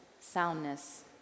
soundness